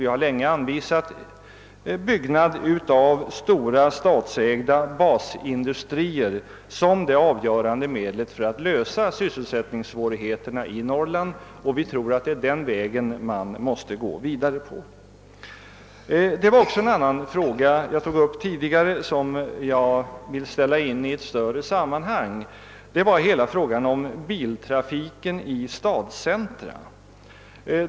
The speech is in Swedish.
Vi har länge anvisat byggande av stora statsägda basindustrier som det avgörande medlet för att lösa sysselsättningssvårigheterna i Norrland, och vi tror att man måste gå vidare på den vägen. Också en annan fråga som jag tog upp tidigare vill jag ställa in i ett större sammanhang, nämligen biltrafiken i stadscentra.